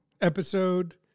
episode